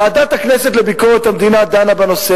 ועדת הכנסת לביקורת המדינה דנה בנושא